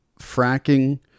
fracking